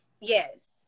Yes